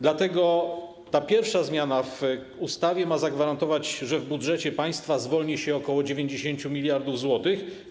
Dlatego pierwsza zmiana w ustawie ma zagwarantować, że w budżecie państwa zwolni się ok. 90 mld zł.